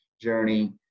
journey